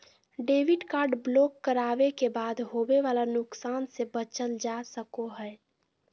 debit card block करावे के बाद होवे वाला नुकसान से बचल जा सको हय